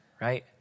Right